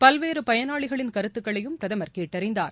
பல்வேறு பயனாளிகளின் கருத்துக்களையும் பிரதமர் கேட்டறிந்தார்